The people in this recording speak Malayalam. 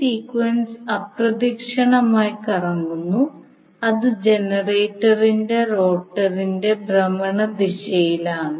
സീക്വൻസ് അപ്രദക്ഷിണമായി കറങ്ങുന്നു അത് ജനറേറ്ററിന്റെ റോട്ടറിന്റെ ഭ്രമണ ദിശയിലാണ്